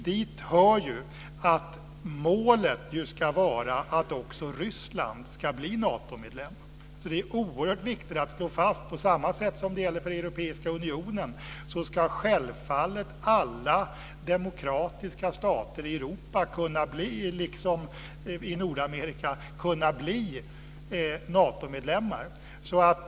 Dit hör att målet ska vara att också Ryssland ska bli Natomedlem. Det är oerhört viktigt att slå fast - på samma sätt som gäller för Europeiska unionen - att alla demokratiska stater i Europa, liksom i Nordamerika, ska kunna bli Natomedlemmar.